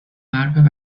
حرف